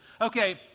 okay